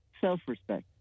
self-respect